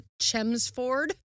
Chemsford